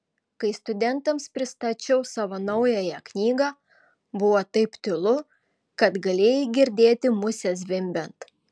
kai studentams pristačiau savo naująją knygą buvo taip tylu kad galėjai girdėti musę zvimbiant